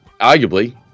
arguably